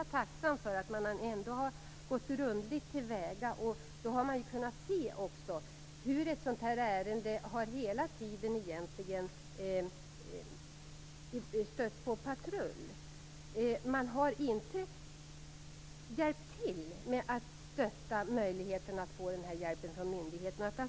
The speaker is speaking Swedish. Jag är tacksam för att man har gått grundligt till väga. Då har man också kunnat se hur ett sådant här ärende hela tiden har stött på patrull. Myndigheterna har inte stött och hjälpt människor att få den här hjälpen.